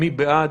מי בעד?